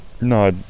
No